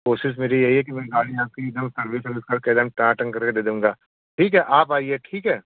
कोशिश मेरी यही है कि मैं गाड़ी आपकी एकदम सर्विस वर्विस करके एकदम टनाटन करके दे दूँगा ठीक है आप आइए ठीक है